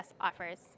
offers